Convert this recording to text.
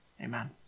amen